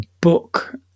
book